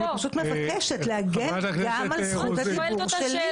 אני פשוט מבקשת להגן גם על זכות הדיבור שלי.